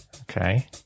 Okay